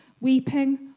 weeping